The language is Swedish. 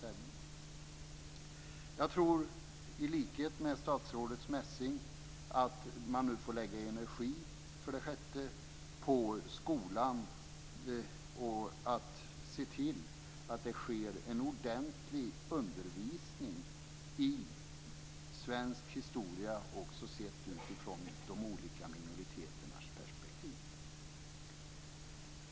För det sjätte tror jag, i likhet med statsrådet Messing, att man nu får lägga energi på skolan så att det sker en ordentlig undervisning i svensk historia också sett utifrån de olika minoriteternas perspektiv.